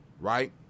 right